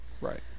Right